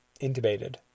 intubated